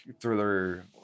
thriller